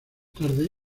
tarde